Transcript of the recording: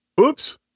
Oops